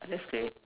that's good